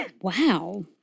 Wow